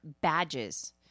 badges